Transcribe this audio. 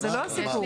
נכון.